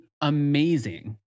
amazing